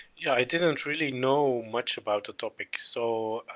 yeah i didn't really know much about the topic so,